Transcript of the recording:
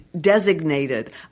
designated